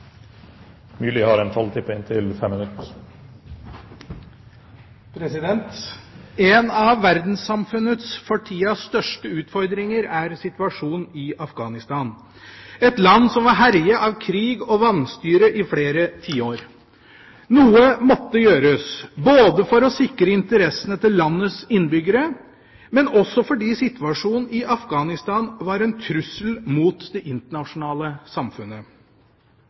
situasjonen i Afghanistan, et land som var herjet av krig og vanstyre i flere tiår. Noe måtte gjøres, både for å sikre interessene til landets innbyggere og fordi situasjonen i Afghanistan var en trussel mot det internasjonale samfunnet.